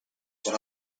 what